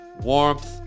warmth